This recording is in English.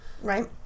Right